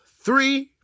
three